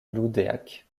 loudéac